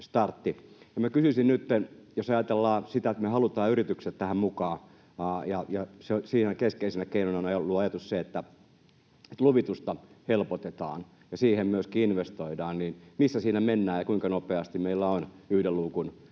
Kysyisin nytten, että jos ajatellaan sitä, että me halutaan yritykset tähän mukaan, ja siinä keskeisenä keinona on ollut ajatuksena, että luvitusta helpotetaan ja siihen myöskin investoidaan, niin missä siinä mennään. Ja kuinka nopeasti meillä on yhden luukun